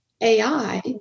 ai